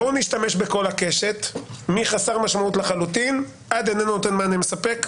בואו נשתמש בכל הקשת: מחסר משמעות לחלוטין עד איננו נותן מענה מספק.